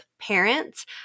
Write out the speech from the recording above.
parents